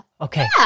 okay